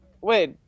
wait